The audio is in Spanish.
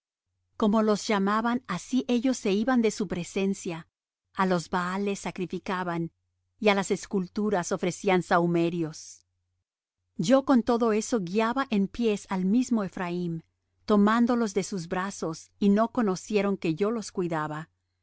como los llamaban así ellos se iban de su presencia á los baales sacrificaban y á las esculturas ofrecían sahumerios yo con todo eso guiaba en pies al mismo ephraim tomándolos de sus brazos y no conocieron que yo los cuidaba